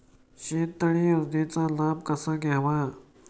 शेततळे योजनेचा लाभ कसा घ्यावा?